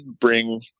bring